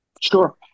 Sure